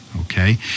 okay